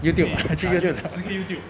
YouTube ah actually YouTube's got